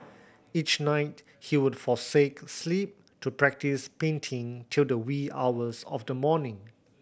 each night he would forsake sleep to practise painting till the wee hours of the morning